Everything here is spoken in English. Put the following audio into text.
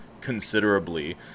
considerably